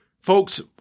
folks